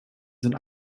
sind